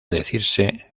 decirse